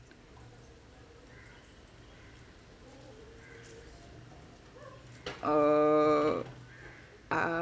uh I